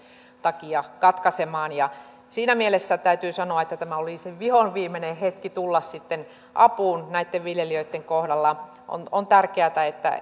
takia katkaisemaan ja siinä mielessä täytyy sanoa että tämä oli se vihonviimeinen hetki tulla sitten apuun näitten viljelijöitten kohdalla on on tärkeätä että